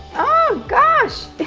gosh.